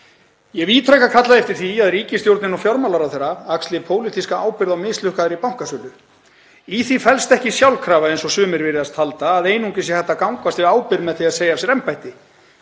Ég hef ítrekað kallað eftir því að ríkisstjórnin og fjármálaráðherra axli pólitíska ábyrgð á mislukkaðri bankasölu. Í því felst ekki sjálfkrafa, eins og sumir virðast halda, að einungis sé hægt að gangast við ábyrgð með því að segja af sér embætti.